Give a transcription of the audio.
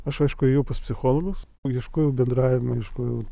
aš aišku ėjau pas psichologus ieškojau bendravimo ieškojau